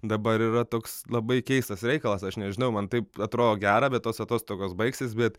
dabar yra toks labai keistas reikalas aš nežinau man taip atrodo gera bet tos atostogos baigsis bet